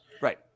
right